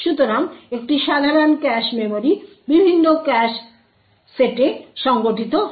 সুতরাং একটি সাধারণ ক্যাশ মেমরি বিভিন্ন ক্যাশ সেটে সংগঠিত হয়